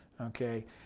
okay